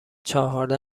چهارده